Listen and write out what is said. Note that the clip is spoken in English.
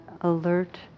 alert